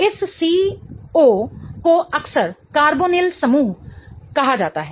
इस C O को अक्सर कार्बोनिल समूह कहा जाता है